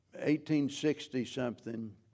1860-something